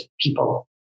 people